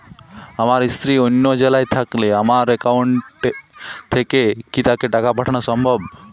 আমার স্ত্রী অন্য জেলায় থাকলে আমার অ্যাকাউন্ট থেকে কি তাকে টাকা পাঠানো সম্ভব?